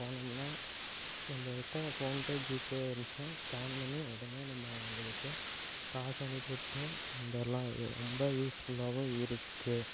போனோம்னா நம்பக்கிட்ட போன்பே ஜிபே இருந்துச்சுன்னா ஸ்கேன் பண்ணி உடனே நம்ம அவங்களுக்கு காசு அனுப்பி விட்டு வந்துர்லாம் இது ரொம்ப யூஸ்ஃபுல்லாகவும் இருக்கு